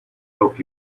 help